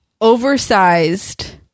oversized